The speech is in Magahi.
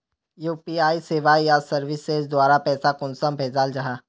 यु.पी.आई सेवाएँ या सर्विसेज द्वारा पैसा कुंसम भेजाल जाहा?